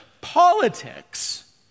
politics